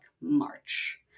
March